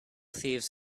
thieves